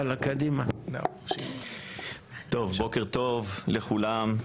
טוב, בוקר טוב לכולם,